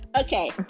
okay